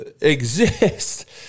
exist